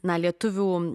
na lietuvių